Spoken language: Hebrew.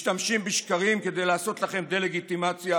משתמשים בשקרים כדי לעשות לכם דה-לגיטימציה,